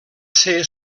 ser